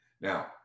Now